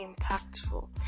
impactful